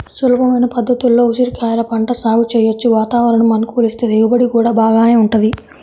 సులభమైన పద్ధతుల్లో ఉసిరికాయల పంట సాగు చెయ్యొచ్చు, వాతావరణం అనుకూలిస్తే దిగుబడి గూడా బాగానే వుంటది